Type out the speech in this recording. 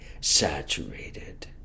saturated